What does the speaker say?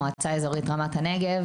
מועצה אזורית רמת הנגב.